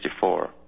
1964